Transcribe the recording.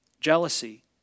Jealousy